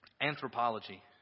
anthropology